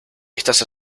estas